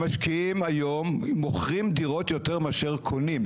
המשקיעים היום מוכרים דירות יותר מאשר קונים.